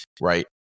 right